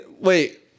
wait